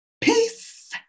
peace